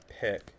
pick